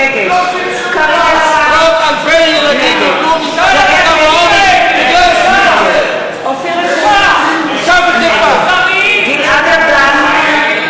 נגד (קוראת בשמות חברי הכנסת) קארין אלהרר,